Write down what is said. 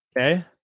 Okay